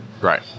Right